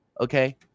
Okay